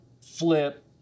flip